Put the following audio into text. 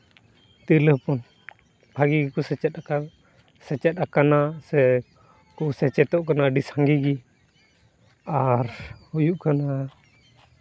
ᱛᱤᱨᱞᱟᱹ ᱦᱚᱯᱚᱱ ᱵᱷᱟᱹᱜᱤ ᱜᱮᱠᱚ ᱥᱮᱪᱮᱫ ᱟᱠᱟᱱ ᱥᱮᱪᱮᱫ ᱟᱠᱟᱱᱟ ᱥᱮ ᱥᱮᱪᱮᱫᱚᱜ ᱠᱟᱱᱟ ᱟᱹᱰᱤ ᱥᱟᱸᱜᱮ ᱜᱮ ᱟᱨ ᱦᱩᱭᱩᱜ ᱠᱟᱱᱟ